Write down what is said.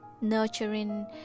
nurturing